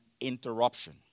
interruption